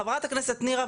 חברת הכנסת נירה,